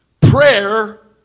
Prayer